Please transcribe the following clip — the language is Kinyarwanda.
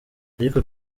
ariko